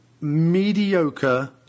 mediocre